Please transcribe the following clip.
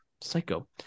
Psycho